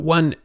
One